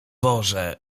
boże